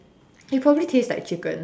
it probably taste like chicken